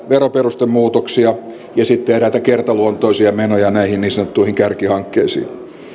veroperustemuutoksia ja sitten eräitä kertaluontoisia menoja näihin niin sanottuihin kärkihankkeisiin